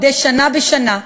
מדי שנה בשנה,